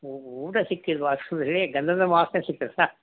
ಊಟ ಸಿಕ್ಕಿಲ್ಲವಾ ಗಂಧದ ವಾಸನೆ ಸಿಕ್ಕದ್ರೆ ಸಾಕು